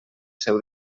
seu